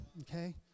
Okay